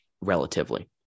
relatively